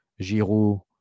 Giroud